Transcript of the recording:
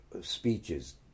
speeches